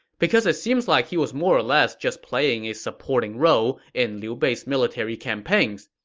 because it seems like he was more or less just playing a supporting role in liu bei's military campaigns.